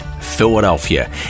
philadelphia